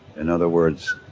in other words,